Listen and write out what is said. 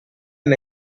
and